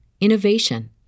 innovation